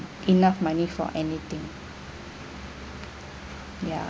enough money for anything ya